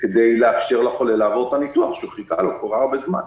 כדי לאפשר לחולה לעבור את הניתוח שהוא חיכה לו כל כך הרבה זמן.